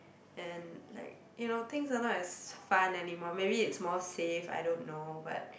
and like you know things are not as fun anymore maybe it's more safe I don't know but